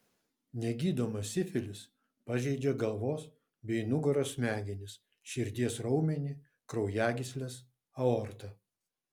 negydomas sifilis pažeidžia galvos bei nugaros smegenis širdies raumenį kraujagysles aortą